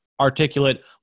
articulate